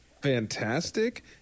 fantastic